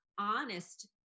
honest